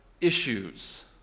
issues